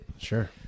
sure